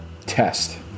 test